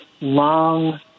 long